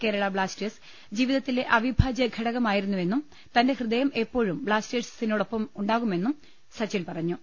Kerala Blasters ജീവിതത്തിലെ അവി ഭാജ്യ ഘടകമായിരുന്നുവെന്നും തന്റെ ഹൃദയം എപ്പോഴും ബ്ലാസ്റ്റേഴി നൊപ്പം ഉണ്ടാകുമെന്നും സച്ചിൻ പറഞ്ഞു